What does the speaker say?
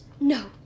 No